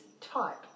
type